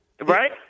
Right